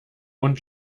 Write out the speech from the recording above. und